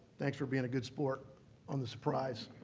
thanks for being a good sport on the surprise.